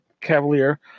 Cavalier